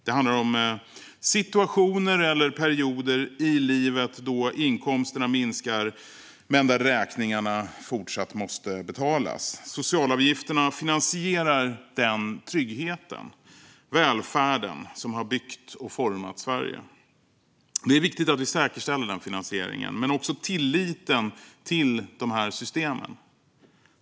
Det handlar om situationer eller perioder i livet då inkomsterna minskar men räkningarna fortsatt måste betalas. Socialavgifterna finansierar den tryggheten, välfärden, som har byggt och format Sverige. Det är viktigt att vi säkerställer den här finansieringen men också tillliten till de här systemen.